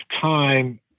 time